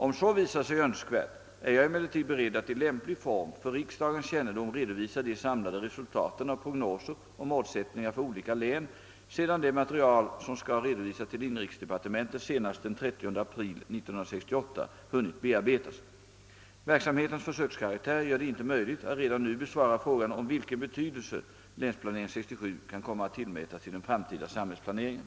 Om så visar sig önskvärt är jag emellertid beredd att i lämplig form för riksdagens kännedom redovisa de samlade resultaten av prognoser och målsättningar för olika län, sedan det material, som skall redovisas till inrikesdepartementet senast den 30 april 1968, hunnit bearbetas. Verksamhetens försökskaraktär gör det inte möjligt att redan nu besvara frågan om vilken betydelse »länsplanering 67» kan komma att tillmätas i den framtida samhällsplaneringen.